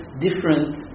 different